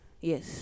Yes